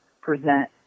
present